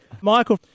Michael